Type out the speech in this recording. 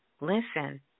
Listen